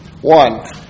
One